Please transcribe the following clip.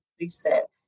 reset